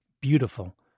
beautiful